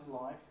life